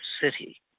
city